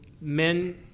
men